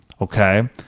Okay